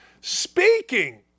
speaking